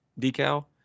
decal